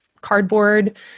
cardboard